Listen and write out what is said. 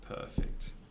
perfect